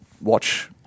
watch